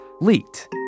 leaked